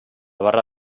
barra